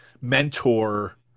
mentor